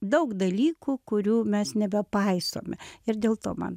daug dalykų kurių mes nebepaisome ir dėl to man